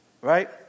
right